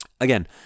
again